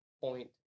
point